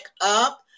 up